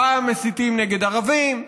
פעם מסיתים נגד ערבים,